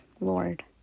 Lord